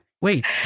Wait